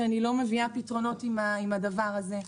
שאני לא מביאה פתרונות עם הדבר הזה,